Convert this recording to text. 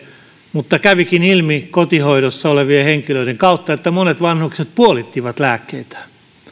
mutta kävikin ilmi kotihoidossa olevien henkilöiden kautta että monet vanhukset puolittivat lääkkeitään